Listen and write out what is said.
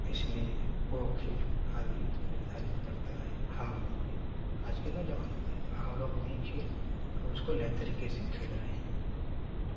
इसलिए वह खेल आज भी निर्धारित करता है हमलोगों के आज के नौजवानों को हमलोग वही खेल अब उसको नए तरीके से खेल रहे हैं